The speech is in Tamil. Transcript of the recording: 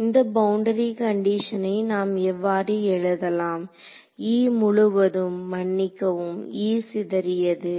இந்த பவுண்டரி கண்டிஷனை நாம் இவ்வாறு எழுதலாம் E முழுவதும் மன்னிக்கவும் E சிதறியது